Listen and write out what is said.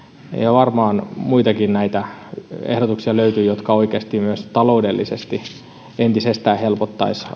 varmaan muitakin ehdotuksia löytyy jotka oikeasti myös taloudellisesti entisestään helpottaisivat